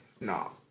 No